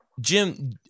Jim